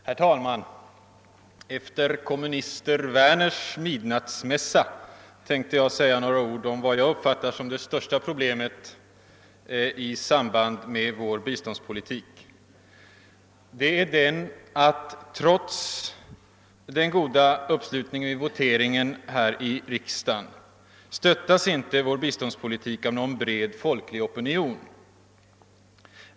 Herr talman! Efter komminister Werners midnattsmässa tänkte jag säga några ord om vad jag uppfattar som det största problemet i samband med vår biståndspolitik. Det är att trots den goda uppslutningen vid voteringar i riksdagen stöttas inte vår biståndspolitik upp av någon bred, folklig opinion.